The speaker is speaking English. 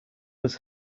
was